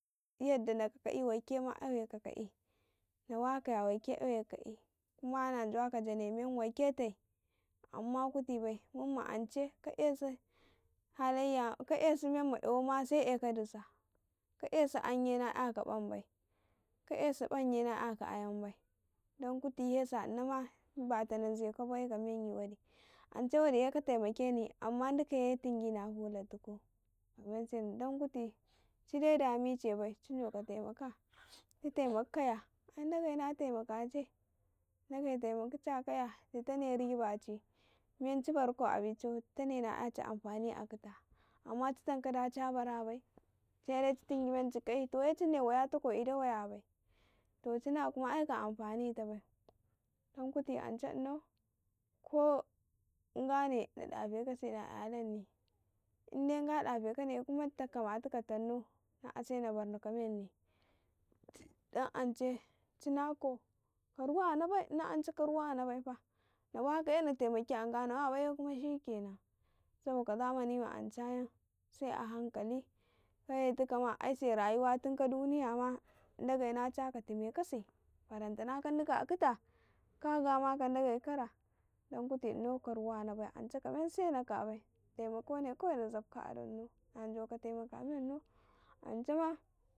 ﻿Yadda naka kaka'i wekema dowe ka' kai na wakeya waike dawe kaka'i hma na jawaka janemen waiko te, amman ka ti bai menma ance ka e se ka esumomma yawaumna se eka duga sa'an ye na yaka ban bai ka esu ƃanya na yasu ayanbai dan kuti se sa inama baba nazaka bai na ikaman waɗi, bada ance wadiye katema kanima dikaye tungi na fula tukau ka men seni ka bai dan kuti chide damice bai chi doka te maka chi temakkaya ai dage na temakace daghe temak chakaya du tane fateci, menchi barkau a bi chan dtane na 'yaci dagai na na temaka ci tanka da cha bara bai se de ci tingi menci kaye to se ci ne wayakau ida waya bai cina hma ai ka yawatabai dan kuti ance unau ko ngane na daƙfekase na ''yalanni inde nga defekana hma duttane kamatuka tannau na ase na barni ka menni, dan ance cinakau ka amuna bai fa na wakaye na tamaki a nga na wa bai ma shikkenan saboko zamani ma ma ance yan se a hankali ka ye tikaye ai se duniya ma ndagei na chaka tume kasi ba rantana kaduka a akate ke gama ka dage kare, dan kuti inau ka men sano ka bai don kuti ino taimakone kawai na zab ka a dunnau na joko temaka munnau ancema.